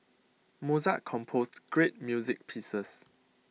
Mozart composed great music pieces